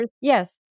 yes